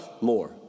more